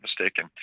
mistaken